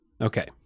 okay